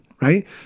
right